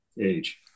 age